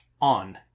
on